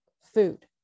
food